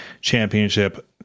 championship